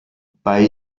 bei